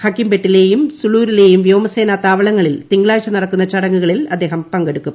ഹക്കിംപെട്ടിലെയും സുളൂരിലെയും വ്യോമസേനാത്താവളങ്ങളിൽ തിങ്കളാഴ്ച നടക്കുന്ന ചടങ്ങുകളിൽ അദ്ദേഹം പങ്കെടുക്കും